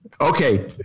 Okay